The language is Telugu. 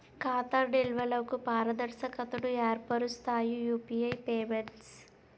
ఖాతా నిల్వలకు పారదర్శకతను ఏర్పరుస్తాయి యూపీఐ పేమెంట్స్